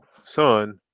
son